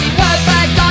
perfect